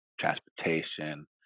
transportation